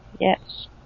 Yes